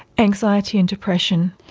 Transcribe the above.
anxiety and depression.